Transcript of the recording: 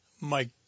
Mike